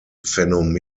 phänomen